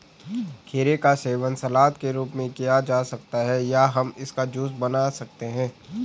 खीरे का सेवन सलाद के रूप में किया जा सकता है या हम इसका जूस बना सकते हैं